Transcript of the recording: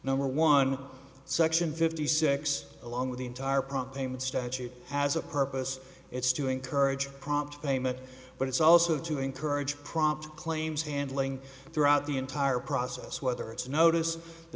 number one section fifty six along with the entire prompt name of the statute has a purpose it's to encourage prompt payment but it's also to encourage prompt claims handling throughout the entire process whether it's a notice the